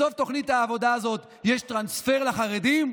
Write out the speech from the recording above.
בסוף תוכנית העבודה הזאת יש טרנספר לחרדים?